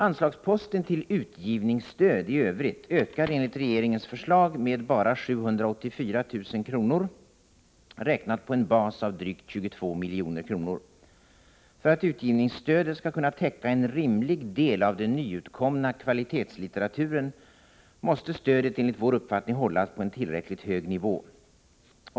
Anslaget till utgivningsstöd i övrigt ökar enligt regeringens förslag med bara 784 000 kr., räknat på en bas av drygt 22 milj.kr. För att utgivningsstödet skall kunna täcka en rimlig del av den nyutkomna kvalitetslitteraturen måste stödet enligt vår uppfattning hållas på en tillräckligt hög nivå.